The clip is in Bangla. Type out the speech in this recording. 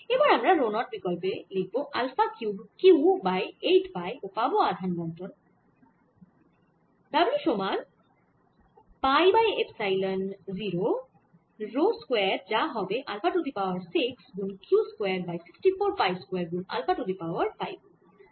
এবার আমরা রো 0 বিকল্পে লিখব alpha cube Q by 8 pi ও পাবো আধান বণ্টনের পাবো w সমান pi by epsilon 0 rho square যা হবে আলফা টু দি পাওয়ার 6 গুন Q square by 64 pi square গুন আলফা টু দি পাওয়ার 5